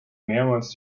mehrmals